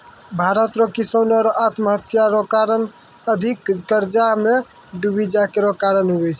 भारत रो किसानो रो आत्महत्या रो कारण अधिक कर्जा मे डुबी जाय रो कारण हुवै छै